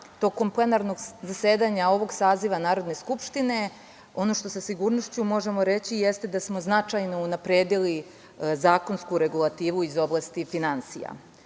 tokom plenarnog zasedanja ovog saziva Narodne skupštine ono što sa sigurnošću možemo reći jeste da smo značajno unapredili zakonsku regulativu iz oblasti finansija.